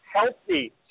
healthy